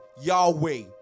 Yahweh